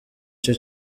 cyo